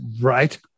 Right